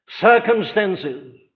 Circumstances